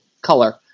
color